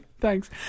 Thanks